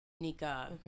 Nika